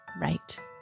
right